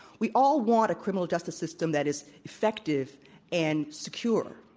we all want a criminal justice system that is effective and secure,